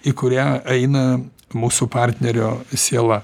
į kurią eina mūsų partnerio siela